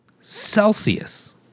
celsius